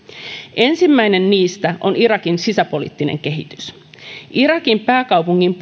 ensimmäinen niistä on irakin sisäpoliittinen kehitys irakin pääkaupungin